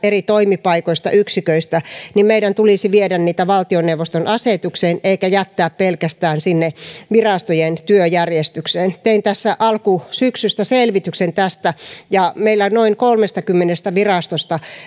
eri toimipaikoista yksiköistä päätetään meidän tulisi viedä niitä valtioneuvoston asetukseen eikä jättää pelkästään sinne virastojen työjärjestykseen tein tässä alkusyksystä selvityksen tästä ja meillä noin kolmessakymmenessä virastossa